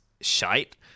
shite